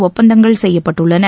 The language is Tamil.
ஒப்பந்தங்கள் செய்யப்பட்டுள்ளன